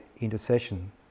intercession